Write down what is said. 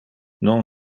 non